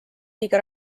õige